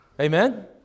Amen